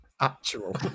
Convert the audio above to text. Actual